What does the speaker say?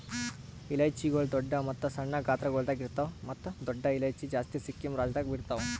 ಇಲೈಚಿಗೊಳ್ ದೊಡ್ಡ ಮತ್ತ ಸಣ್ಣ ಗಾತ್ರಗೊಳ್ದಾಗ್ ಇರ್ತಾವ್ ಮತ್ತ ದೊಡ್ಡ ಇಲೈಚಿ ಜಾಸ್ತಿ ಸಿಕ್ಕಿಂ ರಾಜ್ಯದಾಗ್ ಇರ್ತಾವ್